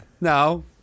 No